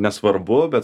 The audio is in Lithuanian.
nesvarbu bet